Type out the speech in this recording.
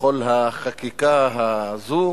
בכל החקיקה הזאת,